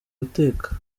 guteka